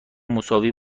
مساوی